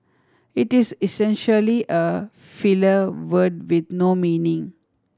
it is essentially a filler word with no meaning